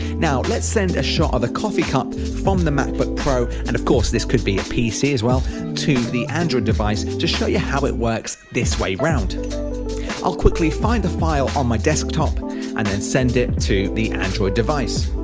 now let's send a shot of a coffee cup from the macbook pro and of course this could be a pc as well to the android device to show you how it works this way round i'll quickly find the file on my desktop and then send it to the android device